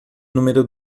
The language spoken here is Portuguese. número